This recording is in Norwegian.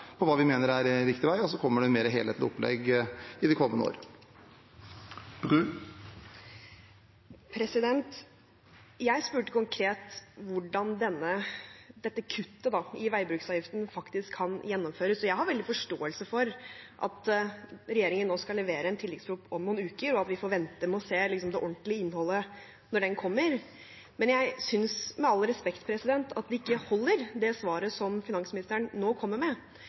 på hva vi mener er riktig vei, og så kommer det et mer helhetlig opplegg i de kommende år. Jeg spurte konkret om hvordan dette kuttet i veibruksavgiften faktisk kan gjennomføres. Jeg har veldig forståelse for at regjeringen nå skal levere en tilleggsproposisjon om noen uker, og at vi får vente med å se det ordentlige innholdet til den kommer. Men jeg synes – med all respekt – at det ikke holder, det svaret som finansministeren nå kommer med. Jeg har gjennom valgkampen vært i ganske mange debatter med